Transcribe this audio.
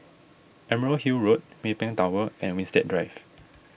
Emerald Hill Road Maybank Tower and Winstedt Drive